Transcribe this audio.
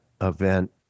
event